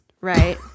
right